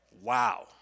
wow